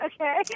okay